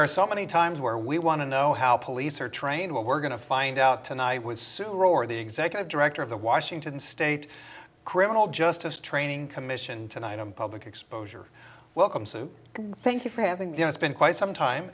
are so many times where we want to know how police are trained what we're going to find out tonight i would sooner or the executive director of the washington state criminal justice training commission tonight on public exposure welcome so thank you for having me you know it's been quite some time